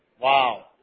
Wow